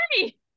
army